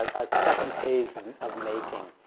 a second phase of making.